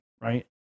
right